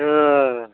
ए